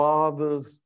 Father's